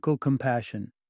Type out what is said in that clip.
Compassion